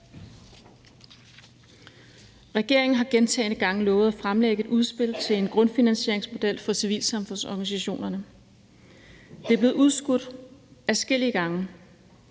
Regeringen har gentagne gange lovet at fremlægge et udspil til en grundfinansieringsmodel for civilsamfundsorganisationerne. Det er blevet udskudt adskillige gange.